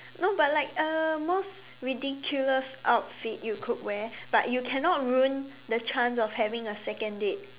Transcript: no but like uh most ridiculous outfit you could wear but you cannot ruin the chance of having a second date